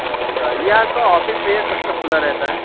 अच्छा ये आपका ऑफिस भैया कब तक खुला रहता है